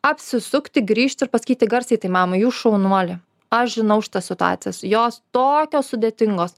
apsisukti grįžti ir pasakyti garsiai tai mamai jūs šaunuolė aš žinau šitas situacijas jos tokios sudėtingos